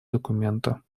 документа